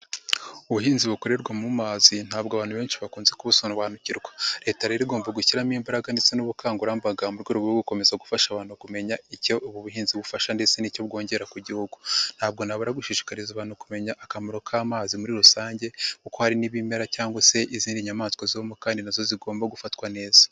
Ubuhinzi bukorerwa mu mazi ntabwo abantu benshi bakunze kubusobanukirwa, leta rero igomba gushyiramo imbaraga ndetse n'ubukangurambaga mu rwego rwo gukomeza gufasha abantu kumenya icyo ubu buhinzi bufasha ndetse n'icyo bwongera ku gihugu, ntabwo nababura gushishikariza abantu kumenya akamaro k'amazi muri rusange kuko hari n'ibimera cyangwa se izindi nyamaswa zibamo kandi nazo zigomba gufatwa neza.